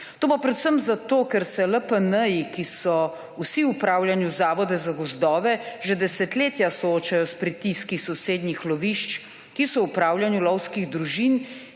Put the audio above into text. To pa predvsem zato, ker se LPN, ki so vsi v upravljanju Zavoda za gozdove, že desetletja soočajo s pritiski sosednjih lovišč, ki so v upravljanju lovskih družin,